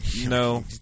no